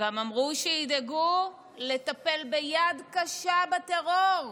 גם אמרו שידאגו לטפל ביד קשה בטרור,